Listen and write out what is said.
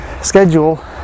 schedule